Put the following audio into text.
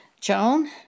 Joan